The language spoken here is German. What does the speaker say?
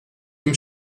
ihm